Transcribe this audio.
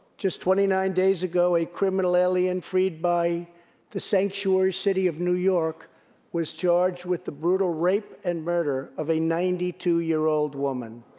just twenty nine days ago, a criminal alien freed by the sanctuary city of new york was charged with the brutal rape and murder of a ninety two year old woman.